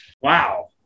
wow